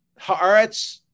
Haaretz